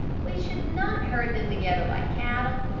we should not herd them together like cattle,